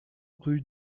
rue